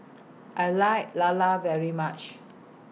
I like Lala very much